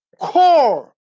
core